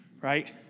Right